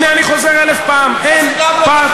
הנה אני חוזר אלף פעם, אין פרטנר.